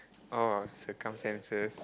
oh circumstances